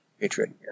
patriot